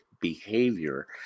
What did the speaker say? behavior